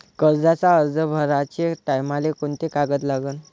कर्जाचा अर्ज भराचे टायमाले कोंते कागद लागन?